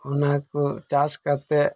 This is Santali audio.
ᱚᱱᱟ ᱠᱚ ᱪᱟᱥ ᱠᱟᱛᱮᱫ